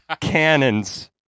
cannons